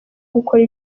gukora